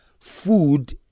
food